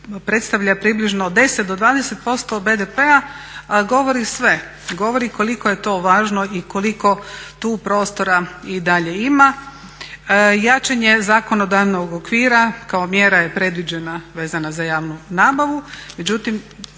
predstavlja približno 10 do 20% BDP-a govori sve, govori koliko je to važno i koliko tu prostora i dalje ima. Jačanje zakonodavnog okvira kao mjera je predviđena vezana za javnu nabavu, međutim